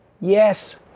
Yes